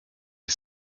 die